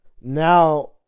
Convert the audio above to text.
now